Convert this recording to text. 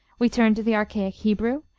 we turn to the archaic hebrew,